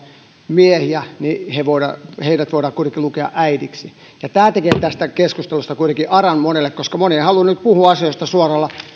miehiä voidaan kuitenkin lukea äidiksi ja tämä tekee tästä keskustelusta aran monelle koska moni ei halua puhua asioista suorilla